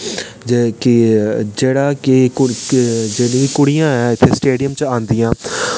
जेह्ड़ी कि जेह्ड़ी कुड़ियां ऐं इत्थै स्टेडियम च औंदियां